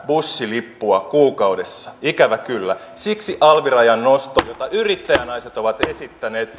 bussilippua kuukaudessa ikävä kyllä siksi alvirajan nosto jota yrittäjänaiset ovat esittäneet